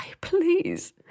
please